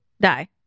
die